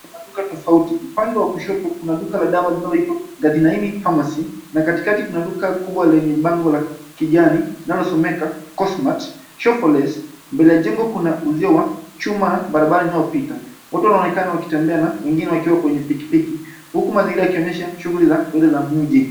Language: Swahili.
Maduka tofauti, upande wa kushoto kuna duka dawa linaloitwa Gathiaini Pharmacy, na katikati kuna duka kubwa lenye bango la kijani, linalosomeka, Kosmat shop for less . Mbele ya jengo kuna uzio wa chuma na barabara inayopita. Watu wanaonekana wakitembea na wengine wakiwa kenye pikipiki, huku mazingira yakionyesha shughuli za mbele za mji.